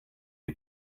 die